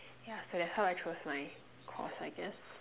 ya so that's how I chose my course I guess